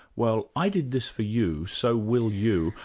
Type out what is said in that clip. well i did this for you, so will you.